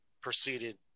proceeded